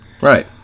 Right